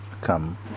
come